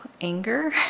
anger